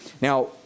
Now